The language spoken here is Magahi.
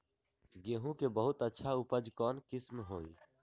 गेंहू के बहुत अच्छा उपज कौन किस्म होई?